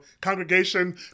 congregation